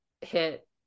hit